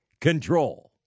control